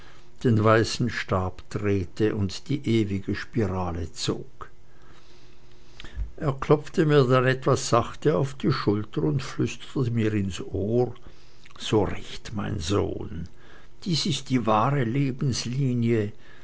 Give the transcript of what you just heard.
den weißen stab drehte und die ewige spirale zog er klopfte mir dann etwa sachte auf die schulter und flüsterte mir ins ohr so recht mein sohn dies ist die wahre lebenslinie